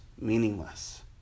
meaningless